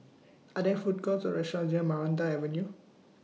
Are There Food Courts Or restaurants near Maranta Avenue